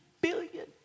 billion